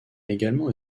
également